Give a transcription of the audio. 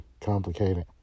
complicated